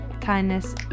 kindness